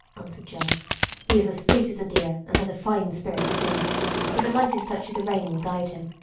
answered john he is as fleet as a deer, and has a fine spirit too but the lightest touch of the rein will guide him.